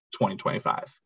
2025